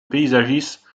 paysagiste